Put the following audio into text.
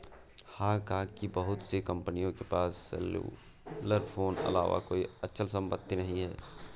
Hong Kong की बहुत सी कंपनियों के पास सेल्युलर फोन अलावा कोई अचल संपत्ति नहीं है